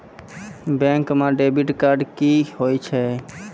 Bank म debit card की होय छै?